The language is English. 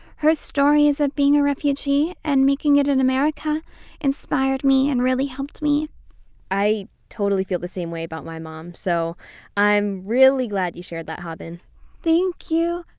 her stories of being a refugee and making it an america inspired me and really helped me i totally feel the same way about my mom, so i'm really glad you shared that, haben thank you!